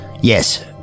Yes